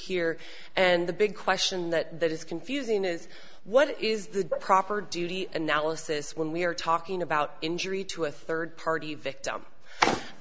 here and the big question that is confusing is what is the proper duty analysis when we are talking about injury to a third party victim